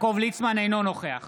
אינו נוכח